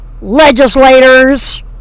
legislators